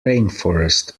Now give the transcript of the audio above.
rainforest